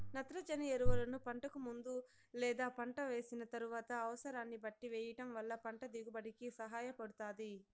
నత్రజని ఎరువులను పంటకు ముందు లేదా పంట వేసిన తరువాత అనసరాన్ని బట్టి వెయ్యటం వల్ల పంట దిగుబడి కి సహాయపడుతాది